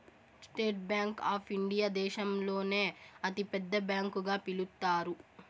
state Bank of India దేశంలోనే అతి పెద్ద బ్యాంకు గా పిలుత్తారు